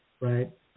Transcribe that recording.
right